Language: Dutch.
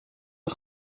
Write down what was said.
een